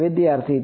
વિદ્યાર્થી તો